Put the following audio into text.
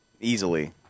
easily